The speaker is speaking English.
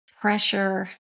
pressure